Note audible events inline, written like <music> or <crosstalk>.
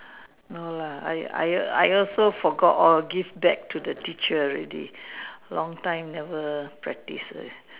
no lah I I I also forget all give back to the teacher already long time never practice <noise>